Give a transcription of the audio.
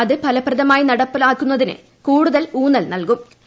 അത് ഫലപ്രദമായി നടപ്പാക്കുന്നതിന് കൂടുതൽ ഊന്നൽ നൽകൂം